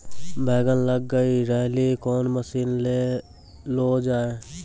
बैंगन लग गई रैली कौन मसीन ले लो जाए?